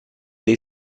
dei